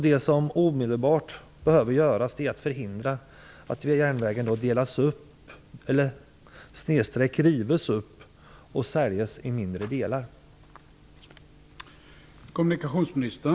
Det som omedelbart behöver göras är att förhindra att järnvägen delas upp/rivs upp och säljs i mindre delar.